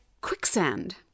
quicksand